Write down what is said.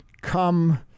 come